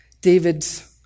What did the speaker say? David's